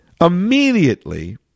immediately